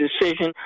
decision